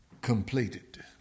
Completed